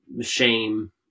shame